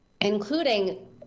including